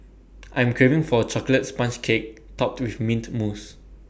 I'm craving for A Chocolate Sponge Cake Topped with Mint Mousse